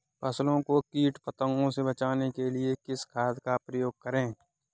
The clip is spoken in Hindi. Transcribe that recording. फसलों को कीट पतंगों से बचाने के लिए किस खाद का प्रयोग करें?